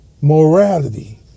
morality